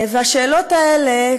והשאלות האלה,